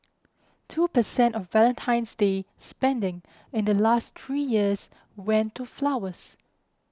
two percent of Valentine's Day spending in the last three years went to flowers